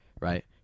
right